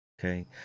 Okay